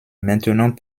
maintenant